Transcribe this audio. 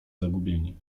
zgubieni